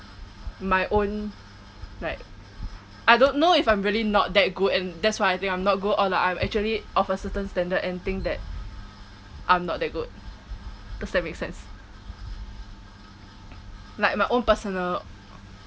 my own like I don't know if I'm really not that good and that's why I think I'm not good or like I'm actually of a certain standard and think that I'm not that good does that make sense like my own personal